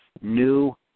new